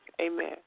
Amen